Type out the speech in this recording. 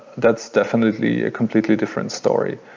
that's definitely a completely different story.